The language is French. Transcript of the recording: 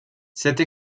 cette